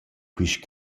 quist